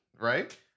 right